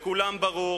לכולם ברור